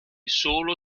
solo